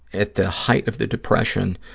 at the height of the depression,